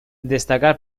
destaca